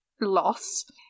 Loss